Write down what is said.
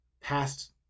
past